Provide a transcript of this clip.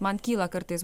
man kyla kartais